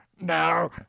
no